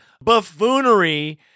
buffoonery